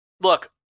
Look